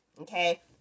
Okay